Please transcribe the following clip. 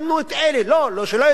לא, שלא יזמנו אף אחד.